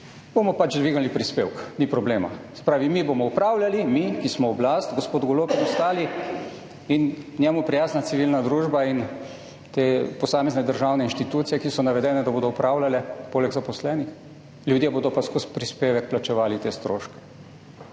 bomo pač dvignili prispevek, ni problema. Se pravi, mi bomo upravljali, mi, ki smo oblast, gospod Golob in ostali, in njemu prijazna civilna družba in posamezne državne institucije, ki so navedene, da bodo upravljale poleg zaposlenih, ljudje bodo pa skozi prispevek plačevali te stroške.